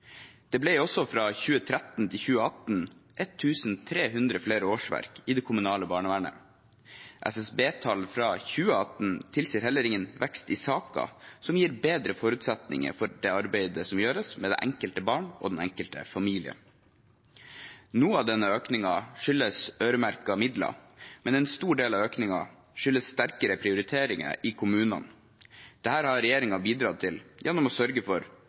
Det ble også fra 2013 til 2018 1 300 flere årsverk i det kommunale barnevernet. SSB-tall fra 2018 tilsier heller ingen vekst i saker, noe som gir bedre forutsetninger for det arbeidet som gjøres med det enkelte barn og den enkelte familie. Noe av denne økningen skyldes øremerkede midler, men en stor del skyldes sterkere prioriteringer i kommunene. Dette har regjeringen bidratt til gjennom å sørge for